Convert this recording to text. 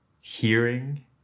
hearing